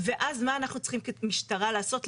ואז מה אנחנו צריכים כמשטרה לעשות,